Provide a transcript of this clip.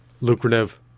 lucrative